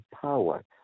power